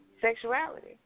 sexuality